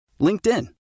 LinkedIn